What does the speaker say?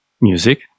music